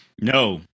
No